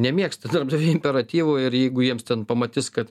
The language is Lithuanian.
nemėgsta darbdaviai imperatyvų ir jeigu jiems ten pamatys kad